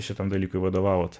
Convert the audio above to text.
šitam dalykui vadovavot